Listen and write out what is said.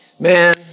Man